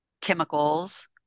chemicals